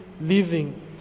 living